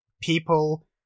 people